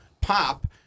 pop